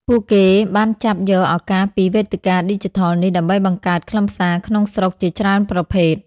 ពួកគេបានចាប់យកឱកាសពីវេទិកាឌីជីថលនេះដើម្បីបង្កើតខ្លឹមសារក្នុងស្រុកជាច្រើនប្រភេទ។